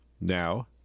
Now